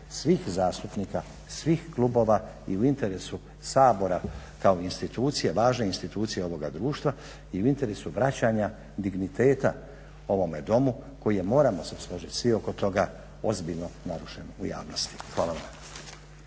svih zastupnika, svih klubova i u interesu Sabora kao institucije, važne institucije ovoga društva i u interesu vraćanja digniteta ovome Domu koji je moramo se složiti svi oko toga ozbiljno narušen u javnosti. Hvala.